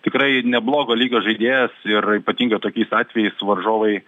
tikrai neblogo lygio žaidėjas ir ypatingai tokiais atvejais varžovai